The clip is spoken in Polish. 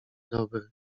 dobry